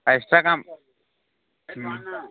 extra କାମ୍